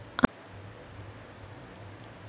అంతర పంట వల్ల వచ్చే లాభాలు ఏంటి? కొన్ని ఉదాహరణలు ఇవ్వండి?